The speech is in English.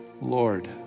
Lord